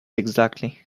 exactly